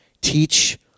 Teach